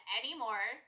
anymore